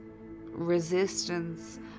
resistance